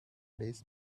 days